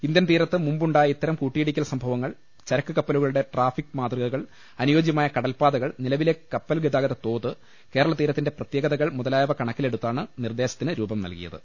Indian തീരത്ത് മുമ്പ് ഉണ്ടായ ഇത്തരം കൂട്ടിയിടി സംഭവങ്ങൾ ചരക്ക് കപ്പലുകളുടെ ട്രാഫിക്ക് മാതൃകകൾ അനുയോജ്യമായ കടൽ പാതകൾ നിലവിലെ കപ്പൽ ഗതാഗത തോത് കേരള തീരത്തിന്റെ പ്രത്യേകതകൾ മുതലായവ കണക്കിലെടുത്താണ് നിർദേശത്തിന് രൂപം നൽകിയത്